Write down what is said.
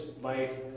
life